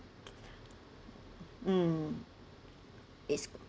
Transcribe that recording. mm is